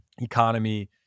economy